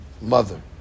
mother